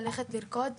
ללכת לרקוד,